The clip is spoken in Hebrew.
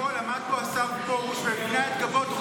אתמול עמד פה השר פרוש והפנה את גבו תוך